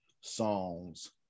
songs